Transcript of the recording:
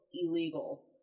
illegal